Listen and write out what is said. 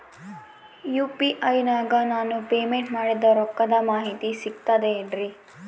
UPI ನಾಗ ನಾನು payment ಮಾಡಿದ ರೊಕ್ಕದ ಮಾಹಿತಿ ಸಿಕ್ತದೆ ಏನ್ರಿ?